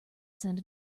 send